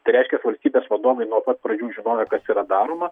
tai reiškias valstybės vadovai nuo pat pradžių žinojo kas yra daroma